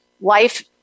life